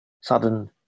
sudden